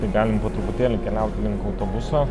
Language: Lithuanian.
tai galim po truputėlį keliaut link autobuso